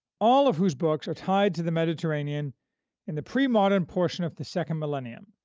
all of whose books are tied to the mediterranean in the pre-modern portion of the second millennium,